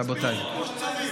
זה המינימום.